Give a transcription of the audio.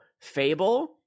Fable